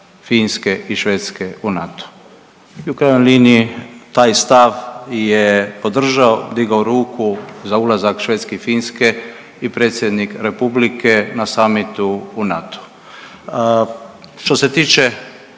i Švedske u NATO i u krajnjoj liniji taj stav je podržao i digao ruku za ulazak Švedske i Finske i predsjednik republike na samitu u NATO-u. Što se tiče